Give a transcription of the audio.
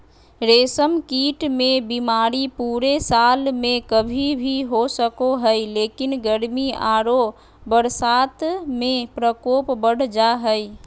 रेशम कीट मे बीमारी पूरे साल में कभी भी हो सको हई, लेकिन गर्मी आरो बरसात में प्रकोप बढ़ जा हई